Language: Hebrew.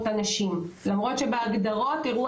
הגיש